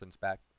back